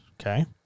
okay